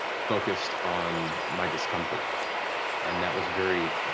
focused on my discomfort and that was very